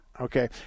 Okay